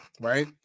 right